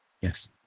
yes